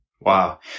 Wow